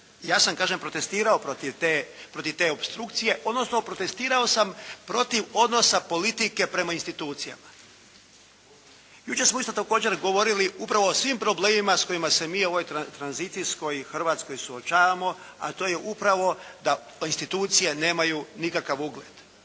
Ja sam kažem protestirao protiv te opstrukcije odnosno protestirao sam protiv odnosa politike prema institucijama. Jučer smo isto također govorili upravo o svim problemima s kojima se mi u ovoj tranzicijskoj Hrvatskoj suočavamo. A to je upravo da institucije nemaju nikakav ugled.